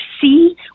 see